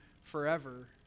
forever